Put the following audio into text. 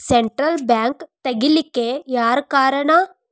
Central bank ತಗಿಲಿಕ್ಕೆಯಾರ್ ಕಾರಣಾ?